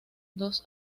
dos